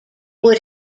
would